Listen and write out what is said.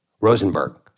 Rosenberg